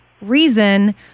reason